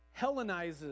Hellenizes